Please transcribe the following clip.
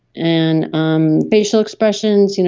and um facial expressions, you know